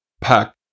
pack